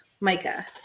Micah